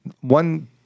one